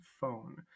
phone